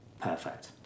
perfect